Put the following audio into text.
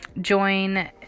Join